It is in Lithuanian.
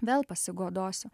vėl pasigodosiu